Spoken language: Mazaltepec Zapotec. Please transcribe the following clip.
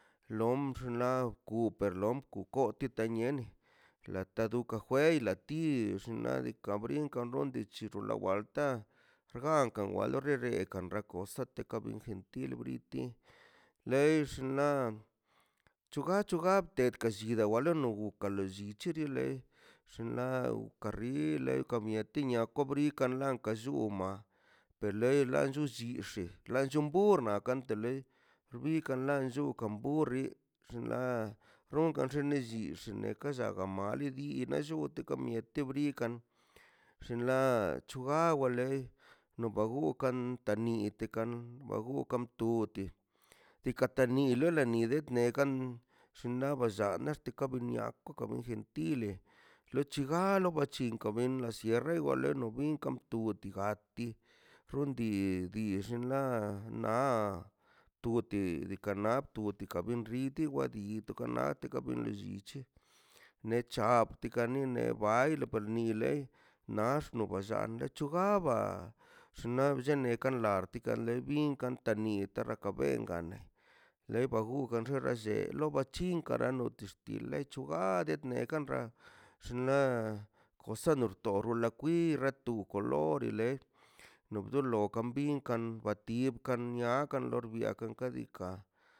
Lom xinla gutep koti taniene lata duke juei latix xnadika brinkan donde te chirilowanta lza ukan lza xnaꞌ diikaꞌ loi lodika gurgunka kara beni en la lara bini ḻa toka xonne lof wade negakan ka xuni wadale wadene ka to chumi chumi tub xnaꞌ nadikaꞌ chukol naꞌ kan ten enbajador lechu kur wa wanil tele la langox tin uro kara mati nepati moletele di san gote ni le le nakan gux nia lox nadikaꞌ nachi kule oxtə lleta tin lo nin wa nil runna wa ti nia kwa lordika nakan nllu na la kabka loi ukan lli wxniako we chinchi wnia a more kan xune luego a bi ba bin bisa bisawa tanto nllute no mal novio tanto nllu no mal novio bisa nia kole llule llule na kan le unken kara nadika enrramada xnaꞌ diikaꞌ ta xuba kara ya xuba nadikan dukan enrramada dan llua male lore we nob dolokan binkan wa tib ka nia aka lorbiakan kadika